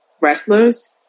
wrestlers